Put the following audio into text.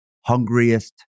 hungriest